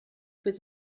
peut